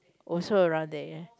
also around there